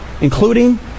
including